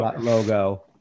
logo